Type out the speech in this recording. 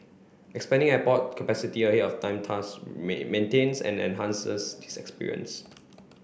expanding airport capacity ahead of time thus main maintains and enhances this experience